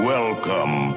Welcome